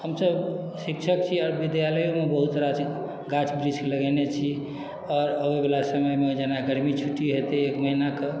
हमसभ शिक्षक छी आओर विद्यालयमे बहुत सारा चीज गाछ वृक्ष लगेने छी आओर अबैवला समयमे जेना गर्मी छुट्टी हेतै एक महीनाके